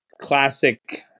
classic